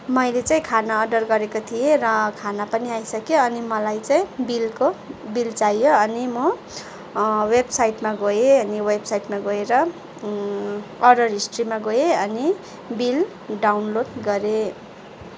मैले चाहिँ खाना अर्डर गरेको थिएँ र खाना पनि आइसक्यो अनि मलाई चाहिँ बिलको बिल चाहियो अनि म वेबसाइटमा गएँ अनि वेबसाइटमा गएर अर्डर हिस्ट्रीमा गएँ अनि बिल डाउनलोड गरेँ